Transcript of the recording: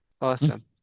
Awesome